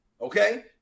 Okay